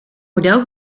model